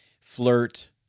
Flirt